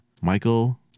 michael